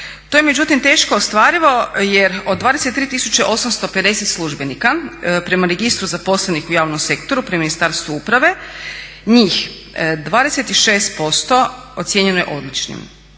To je međutim teško ostvarivo jer od 23 850 službenika prema registru zaposlenih u javnom sektoru pri Ministarstvu uprave njih 26% ocjenjeno je odličnim,